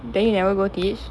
then you never go teach